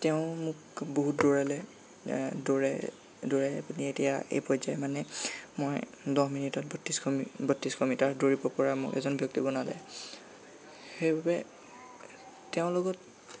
তেওঁ মোক বহুত দৌৰালে দৌৰাই দৌৰাই পিনি এতিয়া এই পৰ্য্যায় মানে মই দহ মিনিটত বত্ৰিছ বত্ৰিছশ মিটাৰ দৌৰিব পৰা মোক এজন ব্যক্তি বনালে সেইবাবে তেওঁৰ লগত